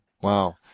Wow